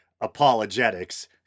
apologetics